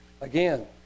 Again